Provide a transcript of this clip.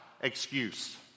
excuse